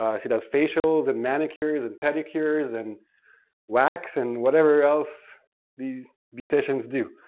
ah she does facials and manicures and pedicures and wax and whatever else these beauticians do.